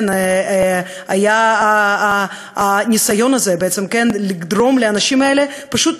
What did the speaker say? היה הניסיון הזה לגרום לאנשים האלה פשוט